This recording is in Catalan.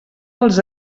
els